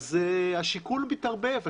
אז השיקול מתערבב.